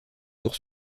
tour